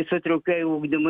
su traukiuoju ugdymu